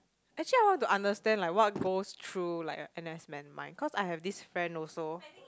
actually I want to understand like what goes through like a N_S man mind cause I have this friend also